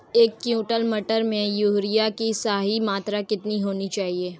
एक क्विंटल मटर में यूरिया की सही मात्रा कितनी होनी चाहिए?